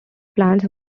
plants